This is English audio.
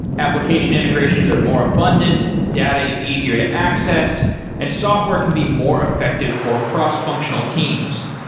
application integrations are more abundant, data is easier to access and software can be more effective for cross-functional teams,